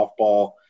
softball